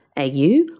AU